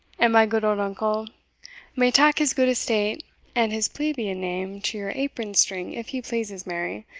and my good old uncle may tack his good estate and his plebeian name to your apron-string if he pleases, mary,